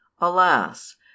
Alas